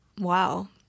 Wow